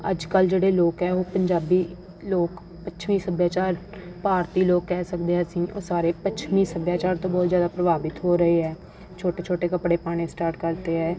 ਅੱਜ ਕੱਲ੍ਹ ਜਿਹੜੇ ਲੋਕ ਹੈ ਉਹ ਪੰਜਾਬੀ ਲੋਕ ਪੱਛਮੀ ਸੱਭਿਆਚਾਰ ਭਾਰਤੀ ਲੋਕ ਕਹਿ ਸਕਦੇ ਹਾਂ ਅਸੀਂ ਉਹ ਸਾਰੇ ਪੱਛਮੀ ਸੱਭਿਆਚਾਰ ਤੋਂ ਬਹੁਤ ਜ਼ਿਆਦਾ ਪ੍ਰਭਾਵਿਤ ਹੋ ਰਹੇ ਹੈ ਛੋਟੇ ਛੋਟੇ ਕੱਪੜੇ ਪਾਉਣੇ ਸਟਾਰਟ ਕਰ ਦਿੱਤੇ ਹੈ